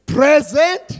Present